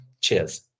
Cheers